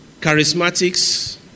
Charismatics